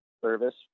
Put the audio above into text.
service